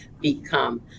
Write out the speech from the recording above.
become